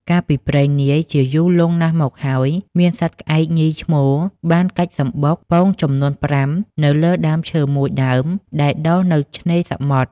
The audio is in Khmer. កាលពីព្រេងនាយ ជាយូរលុងណាស់មកហើយ មានសត្វក្អែកសញីឈ្មោល បានកាច់សំបុកពងចំនួន ៥ នៅលើដើមឈើមួយដើម ដែលដុះនៅឆ្នេរសមុទ្រ។